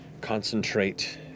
concentrate